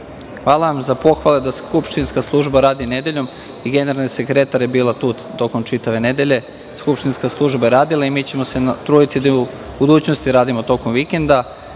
Hvala vam za pohvale da skupštinska služba radi nedeljom i generalni sekretar je bila tu tokom čitave nedelje. Skupštinska služba je radila i mi ćemo se truditi da i u budućnosti radimo tokom vikenda,